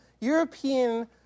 European